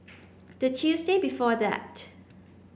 the Tuesday before that